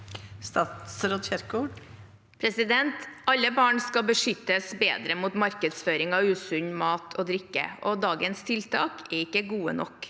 Alle barn skal beskyttes bedre mot markedsføring av usunn mat og drikke, og dagens tiltak er ikke gode nok.